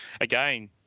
again